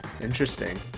Interesting